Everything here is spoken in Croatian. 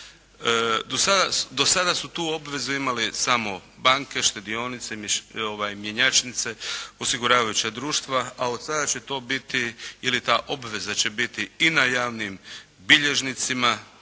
Do sada su tu obvezu imale samo banke, štedionice, mjenjačnice, osiguravajuća društva, a od sada će to biti ili ta obveza će biti i na javnim bilježnicima,